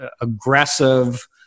aggressive